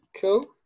Cool